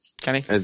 Kenny